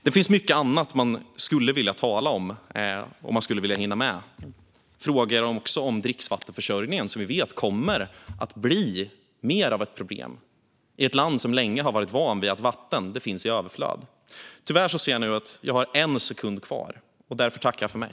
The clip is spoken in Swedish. Det finns mycket annat som man skulle vilja hinna med att tala om, till exempel dricksvattenförsörjningen som vi vet kommer att bli mer av ett problem i ett land som länge har varit vant vid att vatten finns i överflöd. Tyvärr ser jag nu att jag endast har en enda sekund kvar, så jag tackar för mig.